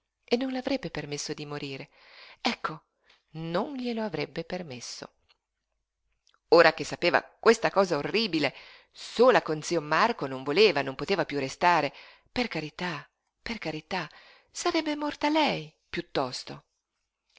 e non le avrebbe permesso di morire ecco non glielo avrebbe permesso ora che sapeva questa cosa orribile sola con zio marco non voleva non poteva piú restare per carità per carità sarebbe morta lei piuttosto